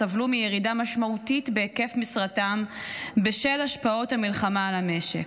סבלו מירידה משמעותית בהיקף משרתם בשל השפעות המלחמה על המשק.